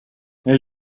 elle